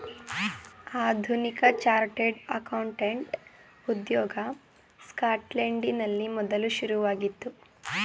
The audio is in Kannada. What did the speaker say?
ಆಧುನಿಕ ಚಾರ್ಟೆಡ್ ಅಕೌಂಟೆಂಟ್ ಉದ್ಯೋಗ ಸ್ಕಾಟ್ಲೆಂಡಿನಲ್ಲಿ ಮೊದಲು ಶುರುವಾಯಿತು